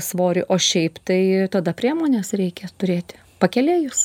svorį o šiaip tai tada priemones reikia turėti pakėlėjus